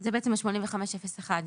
זה 85.01?